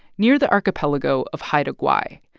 near the archipelago of haida gwaii.